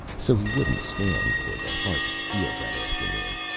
so he wouldn't stand for the harvest field that afternoon.